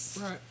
Right